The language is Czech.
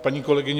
Paní kolegyně